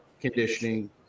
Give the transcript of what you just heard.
conditioning